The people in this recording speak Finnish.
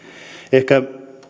ehkä